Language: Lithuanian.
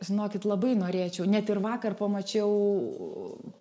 žinokit labai norėčiau net ir vakar pamačiau